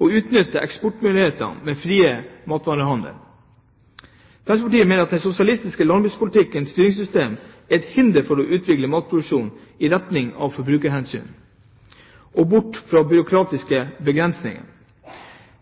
og utnytte eksportmuligheter ved en friere matvarehandel. Fremskrittspartiet mener det sosialistiske landbrukspolitiske styringssystemet er et hinder for å utvikle matproduksjon i retning av forbrukerhensyn og bort fra byråkratiske begrensninger.